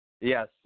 Yes